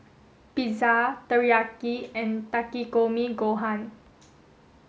Pizza Teriyaki and Takikomi Gohan